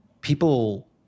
people